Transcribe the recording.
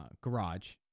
garage